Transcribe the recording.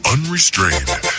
Unrestrained